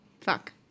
Fuck